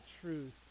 truth